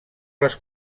les